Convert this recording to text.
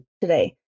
today